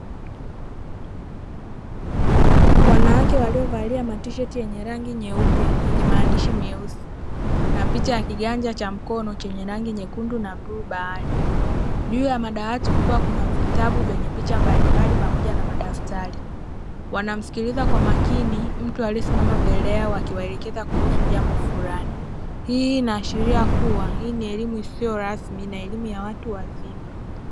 Wanawake waliovalia matisheti yenye rangi nyeupe yenye maandishi meusi na picha ya kiganja cha mkono chenye rangi nyekundu na bluu bahari, juu ya madawati kukiwa kuna vitabu vyenye picha mbalimbali pamoja na madaftari. Wanamsikiliza kwa makini mtu aliyesimama mbele yao akiwaelekeza kuhusu jambo fulani. hii inaashiria kuwa hii ni elimu isiyo rasmi na elimu ya watu wazima.